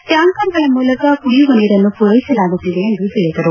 tanker ಗಳ ಮೂಲಕ ಕುಡಿಯುವ ನೀರನ್ನು ಪೂರೈಸಲಾಗುತ್ತಿದೆ ಎಂದು ಹೇಳಿದರು